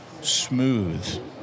smooth